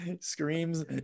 Screams